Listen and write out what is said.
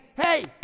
hey